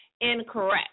incorrect